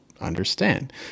understand